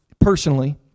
personally